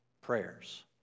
prayers